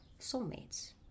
Soulmates